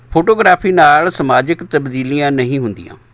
photography ਨਾਲ਼ ਸਮਾਜਿਕ ਤਬਦੀਲੀਆਂ ਨਹੀਂ ਹੁੰਦੀਆਂ